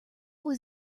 was